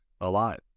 alive